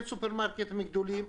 אין סופרמרקטים גדולים,